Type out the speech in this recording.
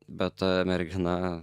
bet a mergina